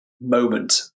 moment